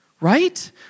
right